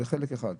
זה חלק אחד,